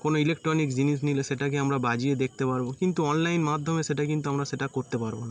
কোনো ইলেকট্রনিক জিনিস নিলে সেটাকে আমরা বাজিয়ে দেখতে পারবো কিন্তু অনলাইন মাধ্যমে সেটা কিন্তু আমরা সেটা করতে পারবো না